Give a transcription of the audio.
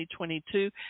2022